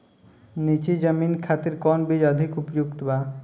नीची जमीन खातिर कौन बीज अधिक उपयुक्त बा?